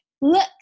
look